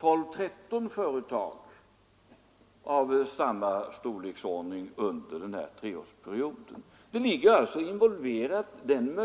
12 å 13 företag av samma storleksordning under den här treårsperioden. Den möjligheten finns alltså involverad.